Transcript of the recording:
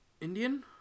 Indian